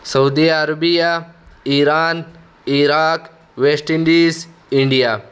Saudi Arabia Iran Iraq West Indies India